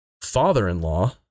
father-in-law